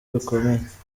bikomeye